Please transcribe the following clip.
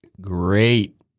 great